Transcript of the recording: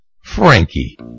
Frankie